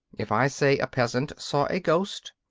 if i say a peasant saw a ghost,